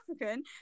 African